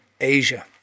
Asia